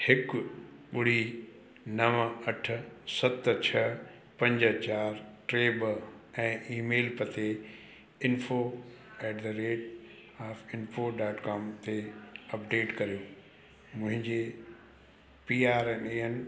हिकु ॿुड़ी नव अठ सत छह पंज चार टे ॿ ऐं ईमेल पते info at the rate of info dot com ते अप्डेट करियो मुंहिंजे P R N A N